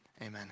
Amen